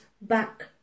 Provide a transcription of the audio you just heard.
back